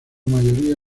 mayoría